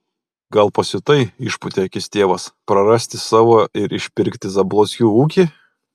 gal pasiutai išpūtė akis tėvas prarasti savo ir išpirkti zablockių ūkį